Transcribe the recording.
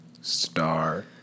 star